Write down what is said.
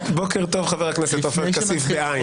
בוקר טוב, חבר הכנסת עופר כסיף ב-ע'.